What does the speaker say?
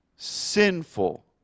sinful